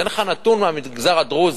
אתן לך נתון מהמגזר הדרוזי.